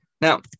Now